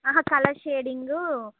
అహా colour shading